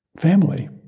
family